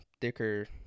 thicker